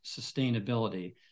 sustainability